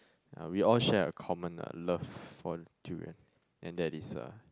ya we all share a common uh love for durian and that is a